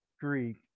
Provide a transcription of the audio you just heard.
Greek